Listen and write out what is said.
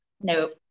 Nope